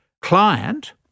client